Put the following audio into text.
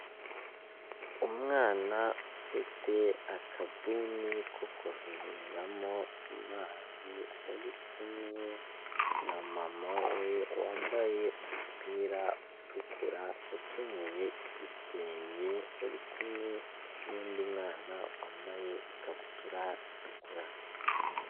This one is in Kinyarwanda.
Umwana ufite akabuni ko kuvomeramo amazi uri kumwe na mama we, wambaye umupira utukura, ukenyeye igitenge, uri kumwe n'undi mwana wambaye ikabutura itukura.